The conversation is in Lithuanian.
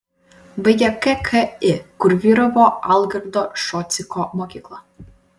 baigė kki kur vyravo algirdo šociko mokykla